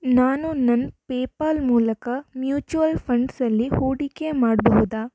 ನಾನು ನನ್ನ ಪೇಪಾಲ್ ಮೂಲಕ ಮ್ಯೂಚುಯಲ್ ಫಂಡ್ಸಲ್ಲಿ ಹೂಡಿಕೆ ಮಾಡಬಹುದಾ